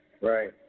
Right